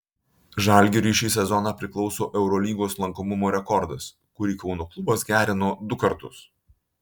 žalgiriui šį sezoną priklauso eurolygos lankomumo rekordas kurį kauno klubas gerino du kartus